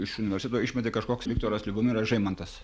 iš universiteto išmetė kažkoks viktoras liubomiras žeimantas